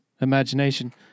imagination